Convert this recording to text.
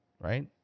right